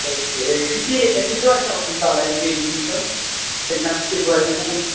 okay किती किती वर्षापासून चालू आहे ट्रेनिंग तुमचं त्यांना